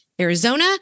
Arizona